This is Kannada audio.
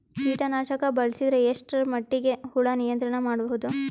ಕೀಟನಾಶಕ ಬಳಸಿದರ ಎಷ್ಟ ಮಟ್ಟಿಗೆ ಹುಳ ನಿಯಂತ್ರಣ ಮಾಡಬಹುದು?